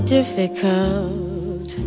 difficult